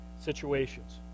situations